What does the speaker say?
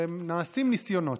שנעשים ניסיונות,